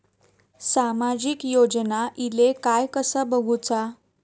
सामाजिक योजना इले काय कसा बघुचा?